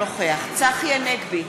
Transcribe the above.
אינו נוכח צחי הנגבי,